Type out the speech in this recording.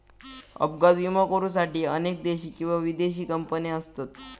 अपघात विमो करुसाठी अनेक देशी किंवा विदेशी कंपने असत